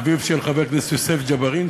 אביו של חבר הכנסת יוסף ג'בארין,